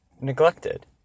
neglected